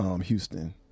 Houston